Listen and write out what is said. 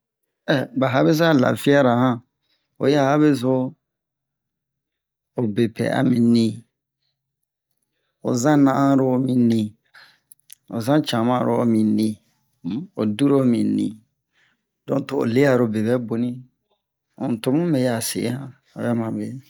ɓa habeza lafiara-han oyi a habezu o bepɛ ami mi nin ozan na'anro mi nin hozan canma-ro ho minin um o duru minin donc to o le'aro beɓɛ boni um tomu meya se han obɛ man bere